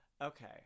Okay